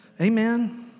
amen